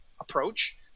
approach